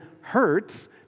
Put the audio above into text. hurts